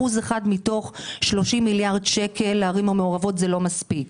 שאחוז אחד לערים המעורבות מתוך 30 מיליארד שקל זה לא מספיק.